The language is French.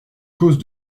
cause